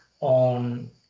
on